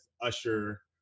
Usher